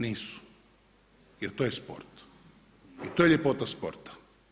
Nisu jer to je sporta i to je ljepota sporta.